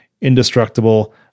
indestructible